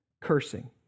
cursing